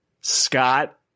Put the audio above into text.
Scott